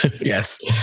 Yes